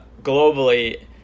globally